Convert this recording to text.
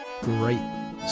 Great